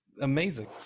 amazing